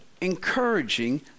encouraging